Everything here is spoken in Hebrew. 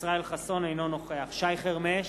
אינו נוכח שי חרמש,